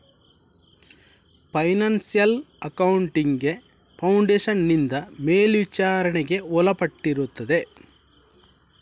financial accounting foundation ನಿಂದ ಮೇಲ್ವಿಚಾರಣೆಗೆ ಒಳಪಟ್ಟಿರುತ್ತದೆ